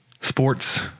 sports